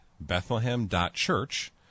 Bethlehem.Church